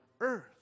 earth